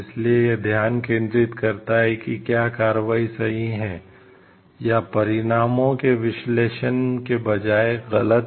इसलिए यह ध्यान केंद्रित करता है कि क्या कार्रवाई सही है या परिणामों के विश्लेषण के बजाय गलत